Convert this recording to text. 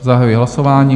Zahajuji hlasování.